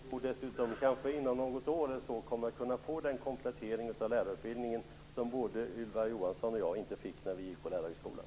Fru talman! Skall jag tolka det som att vi om något år kommer att få den komplettering av lärarutbildningen som varken Ylva Johansson eller jag fick när vi gick på lärarhögskolan?